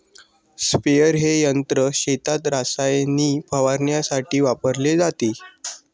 sprayer हे यंत्र शेतात रसायने फवारण्यासाठी वापरले जाते